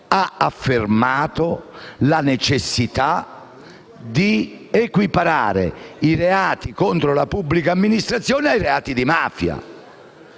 ha affermato la necessità di equiparare i reati contro la pubblica amministrazione ai reati di mafia.